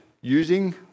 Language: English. using